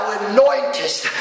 anointest